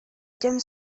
тем